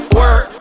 work